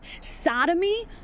sodomy